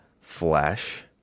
flesh